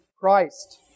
Christ